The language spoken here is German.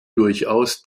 durchaus